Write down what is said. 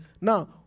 Now